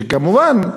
כמובן,